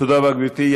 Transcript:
תודה רבה, גברתי.